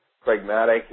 pragmatic